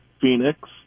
Phoenix